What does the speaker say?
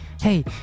hey